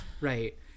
Right